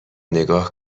نگاه